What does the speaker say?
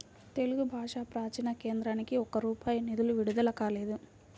తెలుగు భాషా ప్రాచీన కేంద్రానికి ఒక్క రూపాయి నిధులు విడుదల కాలేదు